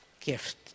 gift